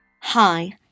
Hi